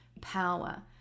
power